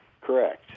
Correct